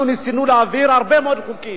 אנחנו ניסינו להעביר הרבה מאוד חוקים.